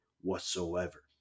whatsoever